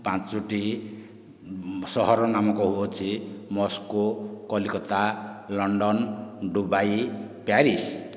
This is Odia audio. ମୁଁ ପାଞ୍ଚଟି ସହରର ନାମ କହୁଅଛି Moscow Kolkata London Dubai Paris